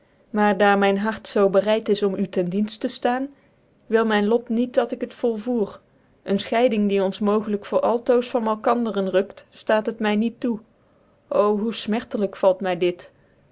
maar daar myn hart zoo bereid is om u ten dienft tc ftaan wil myn lot niet dat ik het volvoer een fchciding die ons mogelijk voor altoos van malkandcren rukt ftaat het my niet toe o hoe fmertclijk valt my dit